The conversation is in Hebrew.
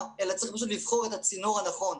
אלא צריך פשוט לבחור את הצינור הנכון.